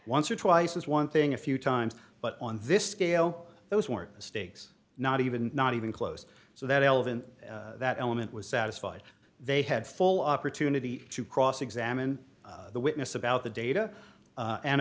once or twice is one thing a few times but on this scale those weren't mistakes not even not even close so that elven that element was satisfied they had full opportunity to cross examine the witness about the data